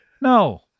No